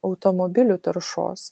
automobilių taršos